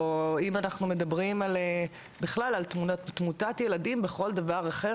או אם אנחנו מדברים בכלל על תמות ילדים בכל דבר אחר,